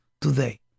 today